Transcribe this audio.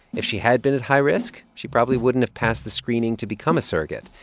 if she had been at high risk, she probably wouldn't have passed the screening to become a surrogate.